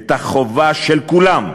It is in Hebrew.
את החובה של כולם,